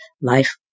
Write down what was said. life